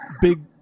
big